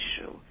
issue